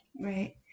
Right